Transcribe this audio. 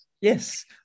Yes